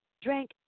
drank